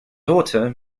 daughter